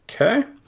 Okay